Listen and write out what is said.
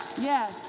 Yes